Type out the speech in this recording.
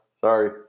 Sorry